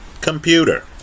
computer